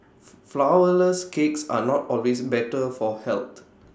Flourless Cakes are not always better for health